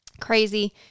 crazy